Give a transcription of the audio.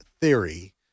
theory